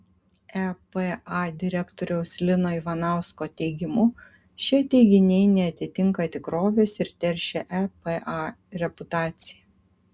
epa direktoriaus lino ivanausko teigimu šie teiginiai neatitinka tikrovės ir teršia epa reputaciją